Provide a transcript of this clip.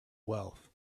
wealth